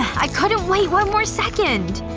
i couldn't wait one more second.